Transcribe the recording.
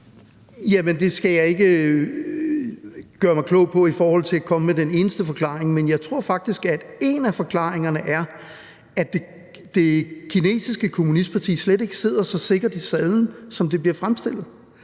Det skal jeg ikke gøre mig klog på i forhold til at komme med den eneste forklaring, men jeg tror faktisk, at en af forklaringerne er, at det kinesiske kommunistparti slet ikke sidder så sikkert i sadlen, som det bliver fremstillet.